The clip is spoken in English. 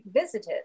visited